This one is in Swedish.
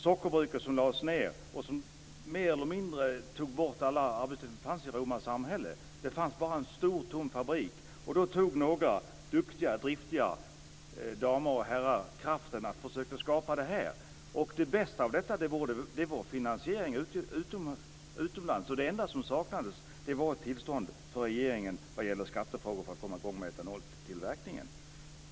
Sockerbruket lades ned och därigenom försvann alla arbetstillfällen som fanns i Roma samhälle. Det fanns bara en stor, tom fabrik. Då samlade några driftiga och duktiga damer och herrar krafterna och försökte att skapa denna tillverkning. Det bästa med det hela var att finansieringen ordnades utomlands. Det enda som saknades var tillstånd från regeringen i fråga om skattefrågan för att komma i gång med etanoltillverkningen.